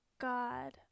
God